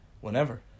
Whenever